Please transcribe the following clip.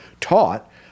taught